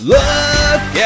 look